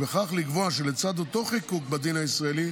ובכך לקבוע שלצד אותו חיקוק בדין הישראלי